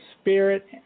spirit